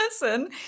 person